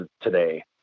today